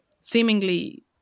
seemingly